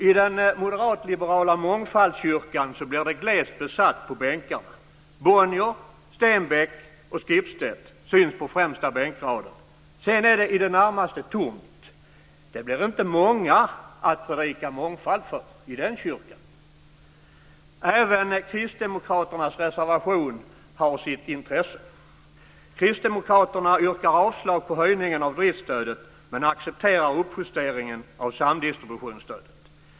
I den moderatliberala mångfaldskyrkan blir det glest besatt på bänkarna. Bonnier, Stenbeck och Schipstedt syns på främsta bänkraden. Sedan är det i det närmaste tomt. Det blir inte många att predika mångfald för i den kyrkan. Även kristdemokraternas reservation har sitt intresse. Kristdemokraterna yrkar avslag på höjningen av driftsstödet, men accepterar uppjusteringen av samdistributionsstödet.